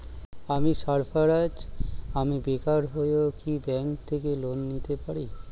আমি সার্ফারাজ, আমি বেকার হয়েও কি ব্যঙ্ক থেকে লোন নিতে পারি?